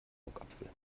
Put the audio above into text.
augapfel